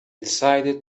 decided